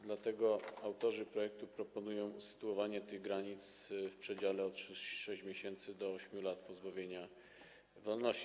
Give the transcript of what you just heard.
Dlatego autorzy projektu proponują usytuowanie tych granic w przedziale od 6 miesięcy do 8 lat pozbawienia wolności.